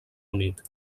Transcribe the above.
unit